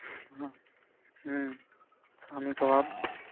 ہاں شامی کباب